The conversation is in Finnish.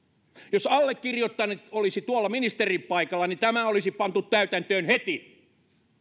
jos allekirjoittanut olisi tuolla ministerin paikalla niin tämä olisi pantu täytäntöön heti